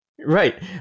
Right